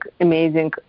amazing